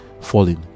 falling